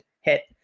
hit